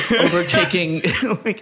overtaking